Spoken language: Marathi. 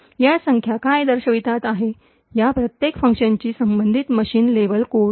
या संख्या काय दर्शवितात हे या प्रत्येक फंक्शनशी संबंधित मशीन लेव्हल कोड आहेत